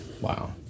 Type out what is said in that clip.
Wow